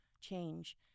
change